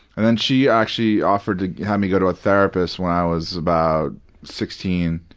and then she actually offered to have me go to a therapist when i was about sixteen.